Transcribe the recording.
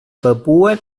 papua